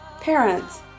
Parents